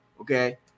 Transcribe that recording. Okay